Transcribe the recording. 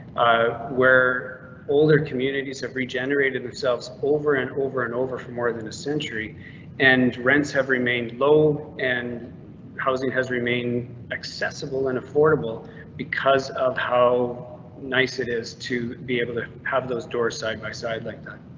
ah where older communities of regenerated themselves over and over and over for more than a century and rents have remained low and housing has remained accessible and affordable because of how nice it is to be able to have those doors side by side like that.